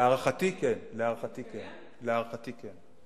להערכתי כן.